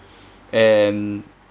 and